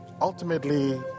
Ultimately